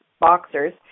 boxers